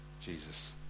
Jesus